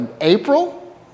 April